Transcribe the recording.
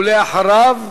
ואחריו,